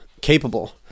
capable